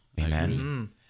Amen